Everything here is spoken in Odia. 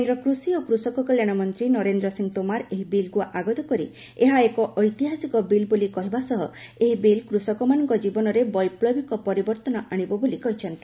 କେନ୍ଦ୍ର କୃଷି ଓ କୃଷକ କଲ୍ୟାଣ ମନ୍ତ୍ରୀ ନରେନ୍ଦ୍ର ସିଂ ତୋମାର ଏହି ବିଲ୍କୁ ଆଗତ କରି ଏହା ଏକ ଐତିହାସିକ ବିଲ୍ ବୋଲି କହିବା ସହ ଏହି ବିଲ୍ କୃଷକମାନଙ୍କ ଜୀବନରେ ବୈପ୍ଳବୀକ ପରିବର୍ତ୍ତନ ଆଶିବ ବୋଲି କହିଛନ୍ତି